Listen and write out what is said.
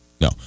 No